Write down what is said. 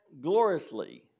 gloriously